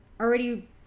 already